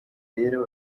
rero